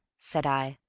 said i.